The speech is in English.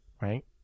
right